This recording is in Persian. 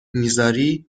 میذاری